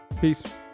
Peace